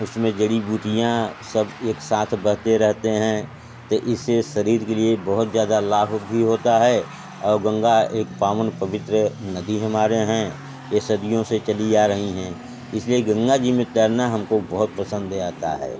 उसमें जड़ी बूटियाँ सब एक साथ बहते रहते हैं तो इससे शरीर के लिए बहुत ज़्यादा लाभ भी होता है और गंगा एक पावन पवित्र नदी हमारे हैं ये सदियों से चली आ रही हैं इस लिए गंगा जी मैं तैरना हम को बहुत पसंद आता है